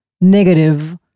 negative